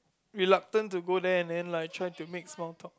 reluctant to go there and then like try to make small talk